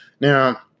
Now